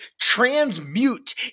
transmute